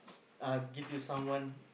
uh give you someone